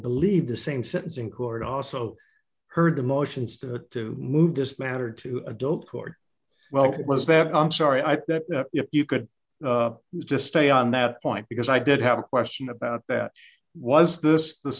believe the same sentence in court also heard the motions to move this matter to adult court well was that i'm sorry i thought that you could just stay on that point because i did have a question about that was this the